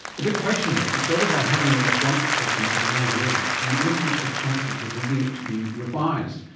the big question though is whether by having a joint replacement at a younger age you increase your chances of needing it to be revised.